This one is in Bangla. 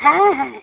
হ্যাঁ হ্যাঁ